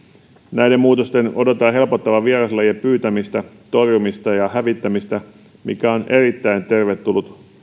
näiden muutosten odotetaan helpottavan vieraslajien pyytämistä torjumista ja hävittämistä mikä on erittäin tervetullut